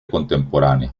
contemporánea